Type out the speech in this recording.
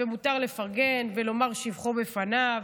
ומותר לפרגן ולומר שבחו בפניו,